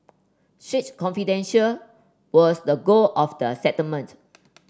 strict confidential was the goal of the settlement